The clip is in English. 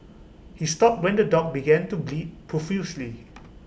he stopped when the dog began to bleed profusely